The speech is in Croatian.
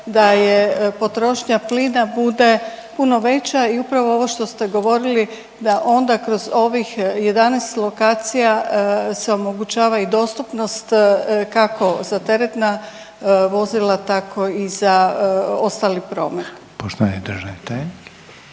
da i potrošnja plina bude puno veća i upravo ovo što ste govorili da onda kroz ovih 11 lokacija se omogućava i dostupnost kako za teretna vozila tako i za ostali promet. **Reiner,